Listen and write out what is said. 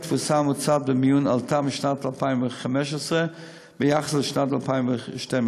התפוסה הממוצעת במיון עלתה בשנת 2015 ביחס לשנת 2012,